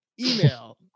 email